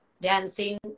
dancing